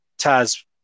Taz